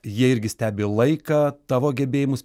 jie irgi stebi laiką tavo gebėjimus